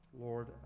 Lord